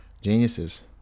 geniuses